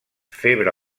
febre